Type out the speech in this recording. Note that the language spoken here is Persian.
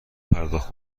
پرداخت